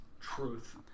Truth